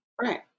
Right